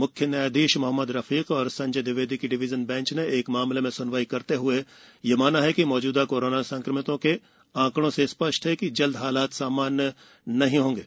मुख्य न्यायाधीश मोहम्मद रफीक और संजय दविवेदी की डिवीजन बेंच ने एक मामले में सूनवाई करते हए माना है कि मौजूदा कोरोना संक्रमितों के आंकड़ों से स्थष्ट है कि जल्द हालात सामान्य नहीं होगें